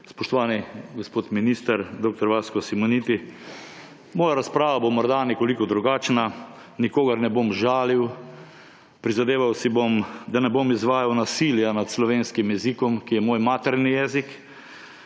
Spoštovani gospod minister dr. Vasko Simoniti! Moja razprava bo morda nekoliko drugačna, nikogar ne bom žalil, prizadeval si bom, da ne bom izvajal nasilja nad slovenskim jezikom, ki je moj materni jezi,